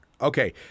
Okay